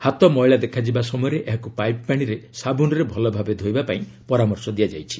ହାତ ମଇଳା ଦେଖାଯିବା ସମୟରେ ଏହାକୁ ପାଇପ ପାଣିରେ ସାବୁନରେ ଭଲ ଭାବେ ଧୋଇବା ପାଇଁ ପରାମର୍ଶ ଦିଆଯାଇଛି